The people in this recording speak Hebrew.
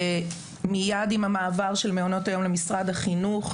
מיד עם המעבר של מעונות היום למשרד החינוך,